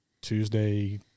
Tuesday